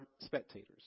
spectators